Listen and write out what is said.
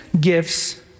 gifts